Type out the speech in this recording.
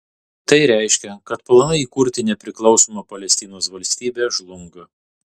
tai reiškia kad planai įkurti nepriklausomą palestinos valstybę žlunga